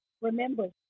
remember